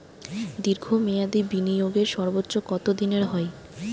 দীর্ঘ মেয়াদি বিনিয়োগের সর্বোচ্চ কত দিনের হয়?